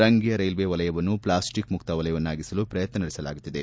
Rangiya railway ವಲಯವನ್ನು plastic ಮುಕ್ತ ವಲಯವನ್ನಾಗಿಸಲು ಪ್ರಯತ್ನ ನಡೆಸಲಾಗುತ್ತಿದೆ